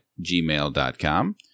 gmail.com